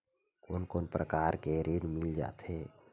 कोन कोन प्रकार के ऋण मिल जाथे?